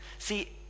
See